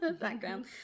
background